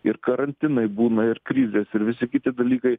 ir karantinai būna ir krizės ir visi kiti dalykai